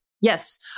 yes